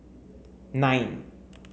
nine